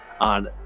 on